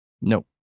No